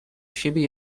siebie